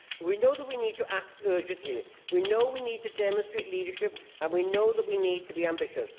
we know that we need to act urgently, we know we need to demonstrate leadership, and we know that we need to be ambitious.